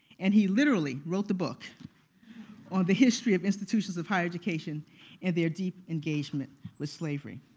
and he literally wrote the book on the history of institutions of higher education and their deep engagement with slavery.